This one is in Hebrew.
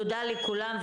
תודה לכולם.